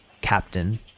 Captain